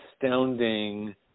astounding